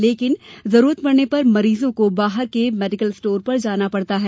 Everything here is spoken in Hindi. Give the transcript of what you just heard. लेकिन जरूरत पड़ने पर मरीजों को बाहर के मेडिकल स्टोर पर जाना पड़ता है